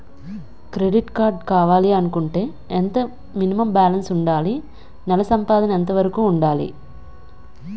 Credit card కావాలి అనుకుంటే ఎంత మినిమం బాలన్స్ వుందాలి? నెల సంపాదన ఎంతవరకు వుండాలి?